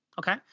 Okay